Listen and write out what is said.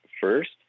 first